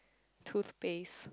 toothpaste